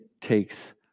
takes